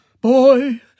Boy